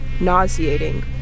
nauseating